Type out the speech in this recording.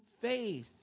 face